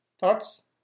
Thoughts